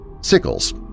Sickles